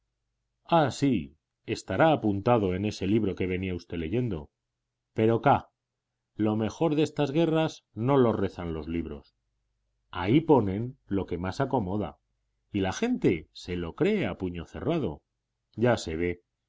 ah sí estará apuntado en ese libro que venía usted leyendo pero ca lo mejor de estas guerras no lo rezan los libros ahí ponen lo que más acomoda y la gente se lo cree a puño cerrado ya se ve